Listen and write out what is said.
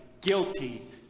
guilty